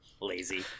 Lazy